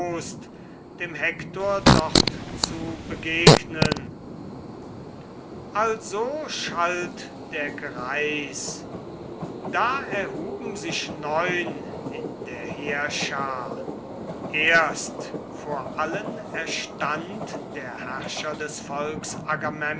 dem achaiischen lande herannaht also schalt der greis da erhuben sich neun in der heerschar erst vor allen erstand der herrscher des